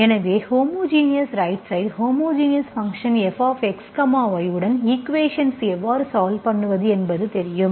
எனவே homogeneous right side homogeneous function f xy உடன் equations எவ்வாறு சால்வ் பண்ணுவது என்பது தெரியும்